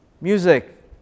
music